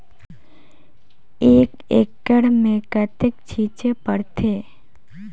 एक एकड़ मे कतेक छीचे पड़थे?